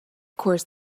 course